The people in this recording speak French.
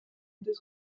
deux